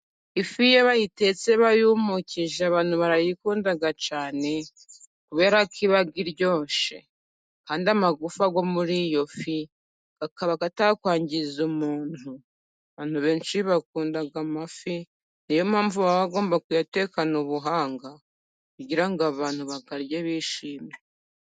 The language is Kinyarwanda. Ifi iyo bayitetse bayumukije abantu barayikunda cyane kubera ko iba iryoshye, kandi amagufa yo muri iyo fi akaba atakwangiza umuntu. Abantu benshi bakunda amafi, ni yo mpamvu baba bagomba kuyatekana ubuhanga, kugira ngo abantu bayarye bishimye.